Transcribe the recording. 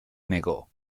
negó